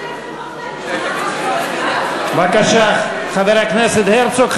תן ליושב-ראש, בבקשה, חבר הכנסת הרצוג.